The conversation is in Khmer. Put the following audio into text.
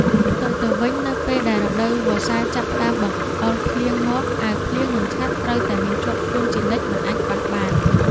ផ្ទុយទៅវិញនៅពេលដែលរដូវវស្សាចាប់ផ្តើមបង្អុរភ្លៀងមកអាវភ្លៀងនិងឆ័ត្រត្រូវតែមានជាប់ខ្លួនជានិច្ចមិនអាចខ្វះបាន។